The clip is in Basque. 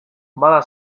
bada